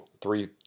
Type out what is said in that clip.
three